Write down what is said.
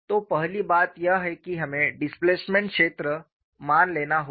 तो पहली बात यह है कि हमें डिस्प्लेसमेंट क्षेत्र मान लेना होगा